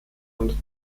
und